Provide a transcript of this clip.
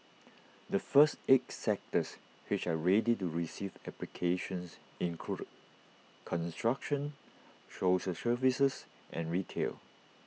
the first eight sectors which are ready to receive applications include construction social services and retail